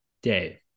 day